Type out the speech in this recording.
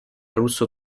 russo